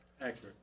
Accurate